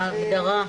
ההגדרה.